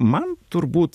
man turbūt